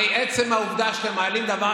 הרי בעצם העובדה שאתם מעלים את הדבר